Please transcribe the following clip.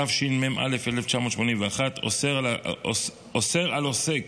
התשמ"א 1981, אוסר על עוסק